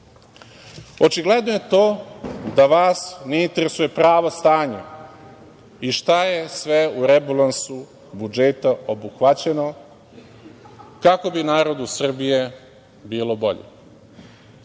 Očigledno je to da vas ne interesuje pravo stanje i šta je sve u rebalansu budžeta obuhvaćeno, kako bi narodu Srbije bilo bolje. Ovim